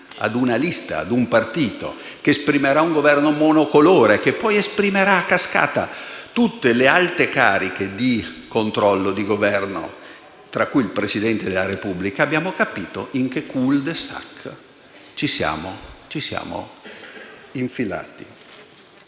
in mano soltanto ad un partito, che esprimerà un Governo monocolore, che poi esprimerà, a cascata, tutte le alte cariche di controllo e di governo, tra cui il Presidente della Repubblica, abbiamo capito in che *cul de sac* ci siamo infilati.